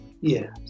Yes